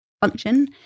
function